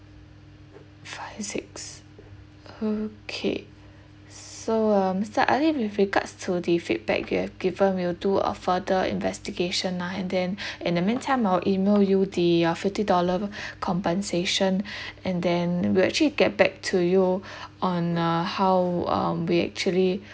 five six okay so um mister ali with regards to the feedback you have given we'll do a further investigation lah and then in the meantime I'll email you the uh fifty dollar compensation and then we'll actually get back to you on uh how um we actually